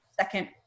second